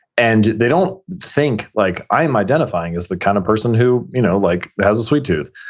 and they don't think, like i am identifying as the kind of person who you know like has a sweet tooth.